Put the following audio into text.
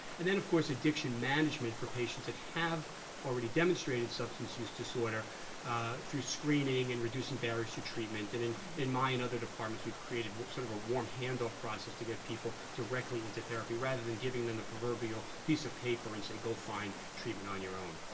and then of course, addiction management for patients that have already demonstrated substance use disorder through screening and reducing barriers to treatment and and in my and other departments, we've created sort of a warm handoff process to get people directly into therapy rather than giving them the proverbial piece of paper and say go find treatment on your own.